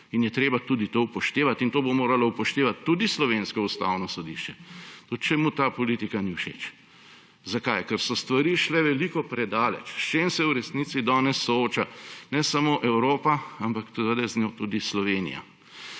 in je treba tudi to upoštevati in to bo moralo upoštevati tudi slovensko ustavno sodišče, tudi če mu ta politika ni všeč. Zakaj? Ker so stvari šle veliko predaleč. S čim se v resnici danes sooča ne samo Evropa, ampak z njo tudi Slovenija?